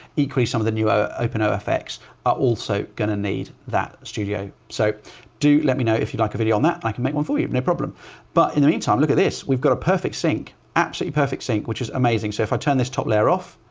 equally, some of the new open ofx are also going to need that studio. so do let me know if you'd like a video on that i can make one for you and no problem but in the meantime, look at this, we've got a perfect sync, absolutely perfect sync, which is amazing. so if i turn this top layer off,